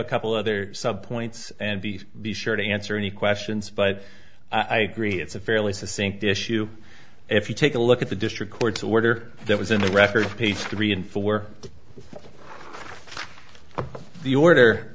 a couple other sub points and be be sure to answer any questions but i agree it's a fairly to sink issue if you take a look at the district court's order that was in the record stage three and four the order